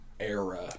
era